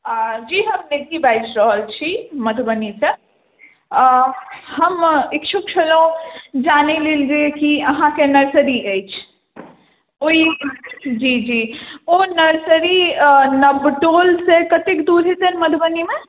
जी हम निधि बाजि रहल छी मधुबनीसँ हम इच्छुक छलहुँ जानयलेल जे कि अहाँके नर्सरी अछि ओहि जी जी ओ नर्सरी नबटोलसँ कत्तेक दूर हेतनि मधुबनीमे